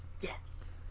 Yes